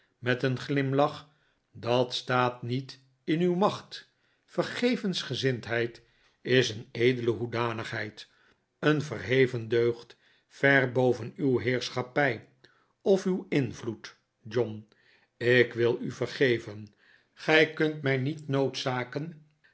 met een glimlach dat staat niet in uw macht vergevensgezindheid is een ede'le hoedanigheid een verheven deugd ver boven uw heerschappij of uw invloed john ik wil u vergeven gij kunt mij niet noodzakenj